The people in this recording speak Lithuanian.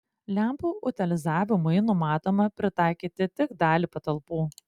lempų utilizavimui numatoma pritaikyti tik dalį patalpų